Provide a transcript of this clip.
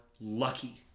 lucky